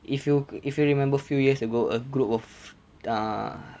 if you if you remember few years ago a group of err